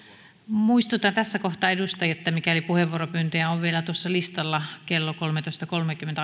muistutan tässä kohtaa edustajia että mikäli puheenvuoropyyntöjä on vielä tuossa listalla kello kolmetoista kolmenkymmenen